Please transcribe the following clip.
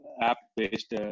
app-based